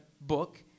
book